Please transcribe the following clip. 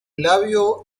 labio